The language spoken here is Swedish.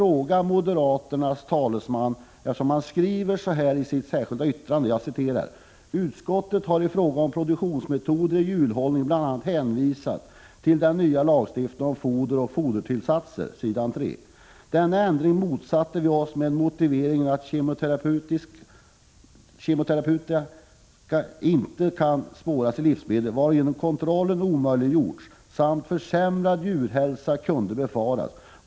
I moderaternas särskilda yttrande skriver man: ”Utskottet har i fråga om produktionsmetoderna i djurhållningen bl.a. hänvisat till den nya lagstiftningen om foder och fodertillsatser . Denna ändring motsatte vi oss med motiveringen att kemoterapeutika inte kan spåras i livsmedel, varigenom kontroll omöjliggjorts, samt att försämrad djurhälsa kunde befaras.